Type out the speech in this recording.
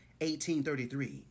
1833